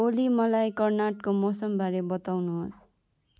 ओली मलाई कर्णाटकको मौसमबारे बताउनुहोस्